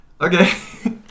Okay